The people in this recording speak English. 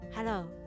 Hello